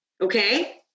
Okay